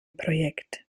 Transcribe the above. projekt